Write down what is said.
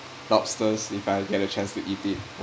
lobsters if I get a chance to eat it